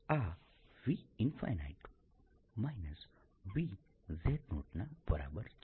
આ v v ના બરાબર છે